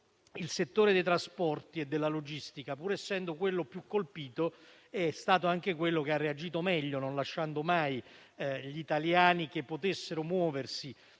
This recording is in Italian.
il settore dei trasporti e della logistica, pur essendo quello più colpito, è stato anche quello che ha reagito meglio, non abbandonando mai gli italiani che si potevano muovere